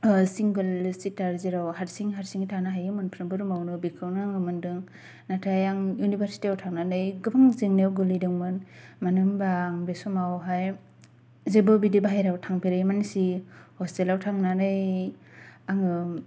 ओह सिंगोल सिटार जेराव हारसिं हारसिङै थानो हायो मोनफ्रोमबो रुमावनो बेखौनो आङो मोनदों नाथाय आं इउनिभारसिटियाव थांनानै गोबां जेनायाव गोलैदोंमोन मानो होमबा आं बे समावहाय जेबो बिदि बाहेरायाव थांफेरै मानसि हस्टेलाव थांनानै आङो